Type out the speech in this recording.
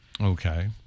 Okay